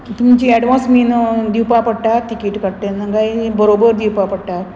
तुमची एडवांस बीन दिवपा पडटा तिकेट काडटा तेन्ना काय बरोबर दिवपा पडटा